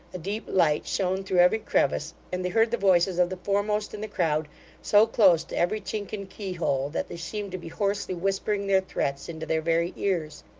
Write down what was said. a deep light shone through every crevice, and they heard the voices of the foremost in the crowd so close to every chink and keyhole, that they seemed to be hoarsely whispering their threats into their very ears.